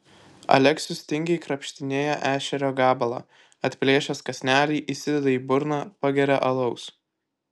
aleksius tingiai krapštinėja ešerio gabalą atplėšęs kąsnelį įsideda į burną pageria alaus